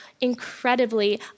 incredibly